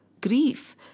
Grief